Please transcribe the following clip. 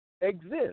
exist